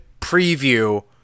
preview